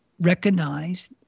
recognize